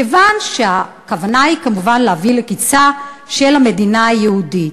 כיוון שהכוונה היא כמובן להביא לקצה של המדינה היהודית.